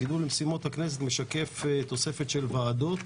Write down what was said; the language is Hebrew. הגידול במשימות הכנסת משקף תוספת של ועדות,